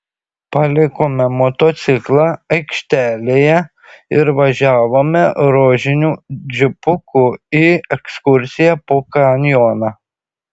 palikome motociklą aikštelėje ir važiavome rožiniu džipuku į ekskursiją po kanjoną